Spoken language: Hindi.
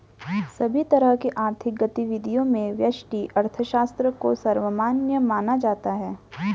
सभी तरह की आर्थिक गतिविधियों में व्यष्टि अर्थशास्त्र को सर्वमान्य माना जाता है